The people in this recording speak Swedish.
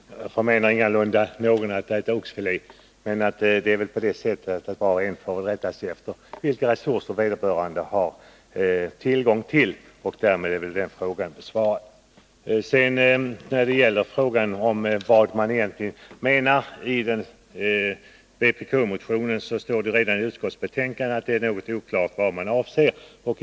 Herr talman! Jag förmenar ingalunda någon att äta oxfilé, men var och en får ju rätta sig efter de resurser vederbörande har tillgång till. Därmed är väl den frågan besvarad. Det står redan i utskottsbetänkandet att det är något oklart vad man egentligen menar i vpk-motionen.